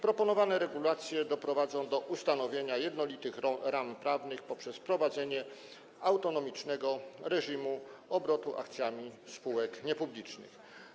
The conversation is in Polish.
Proponowane regulacje doprowadzą do ustanowienia jednolitych ram prawnych poprzez wprowadzenie autonomicznego reżimu obrotu akcjami spółek niepublicznych.